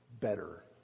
better